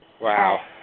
Wow